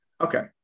Okay